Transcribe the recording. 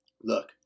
Look